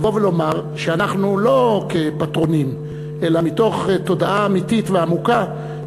לבוא ולומר שאנחנו לא כפטרונים אלא מתוך תודעה אמיתית ועמוקה,